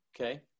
Okay